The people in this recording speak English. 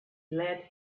led